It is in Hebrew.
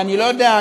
אני לא יודע,